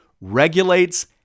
regulates